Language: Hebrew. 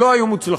לא היו מוצלחות.